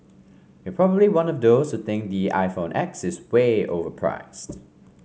you're probably one of those think the iPhone X is way overpriced